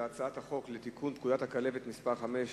הצעת החוק לתיקון פקודת הכלבת (מס' 5),